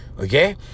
okay